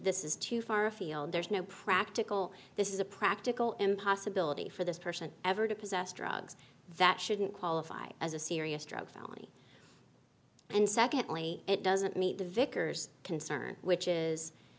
this is too far afield there's no practical this is a practical impossibility for this person ever to possess drugs that shouldn't qualify as a serious drug felony and secondly it doesn't meet the vicar's concern which is